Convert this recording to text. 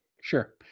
Sure